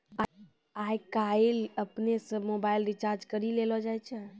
आय काइल अपनै से मोबाइल रिचार्ज करी लेलो जाय छै